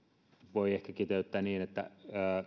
voi ehkä kiteyttää niin että